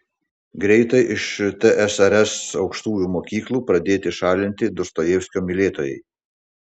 greitai iš tsrs aukštųjų mokyklų pradėti šalinti dostojevskio mylėtojai